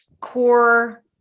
core